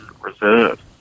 Reserve